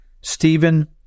Stephen